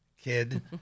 kid